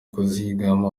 kuzigama